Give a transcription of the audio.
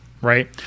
right